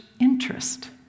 interest